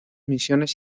misiones